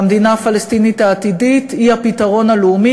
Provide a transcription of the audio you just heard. והמדינה הפלסטינית העתידית היא הפתרון הלאומי